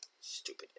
Stupid